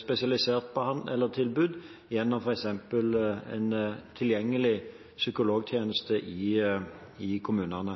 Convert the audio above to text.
spesialisert tilbud gjennom f.eks. en tilgjengelig psykologtjeneste i kommunene.